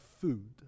food